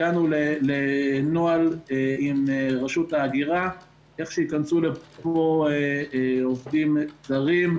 הגענו לנוהל עם רשות ההגירה איך שייכנסו לפה עובדים זרים,